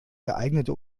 geeignete